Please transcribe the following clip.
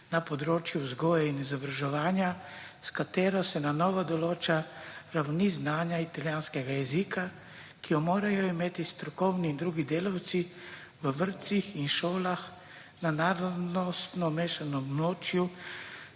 na področju vzgoje in izobraževanja, s katero se na novo določa ravni znanja italijanskega jezika, ki jo morajo imeti strokovni in drugi delavci v vrtcih in šolah na narodnostno mešanem območju